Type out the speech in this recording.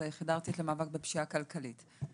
היחידה הארצית למאבק בפשיעה כלכלית.